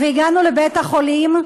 והגענו לבית-החולים,